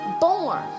Born